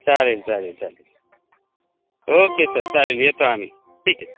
चालेल चालेल चालेल ओके सर चालेल येतो आम्ही ठीक आहे